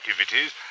activities